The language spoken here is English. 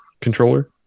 controller